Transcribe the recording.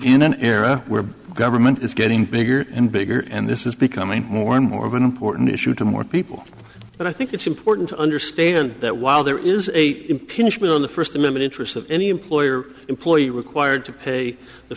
in an era where government is getting bigger and bigger and this is becoming more and more of an important issue to more people but i think it's important to understand that while there is a pinch me on the first amendment interests of any employer employee required to pay the